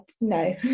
no